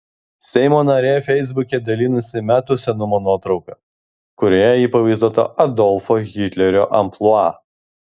seimo narė feisbuke dalinasi metų senumo nuotrauka kurioje ji pavaizduota adolfo hitlerio amplua